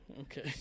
Okay